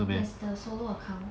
yes the solo account